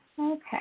Okay